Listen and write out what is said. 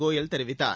கோயல் தெரிவித்தார்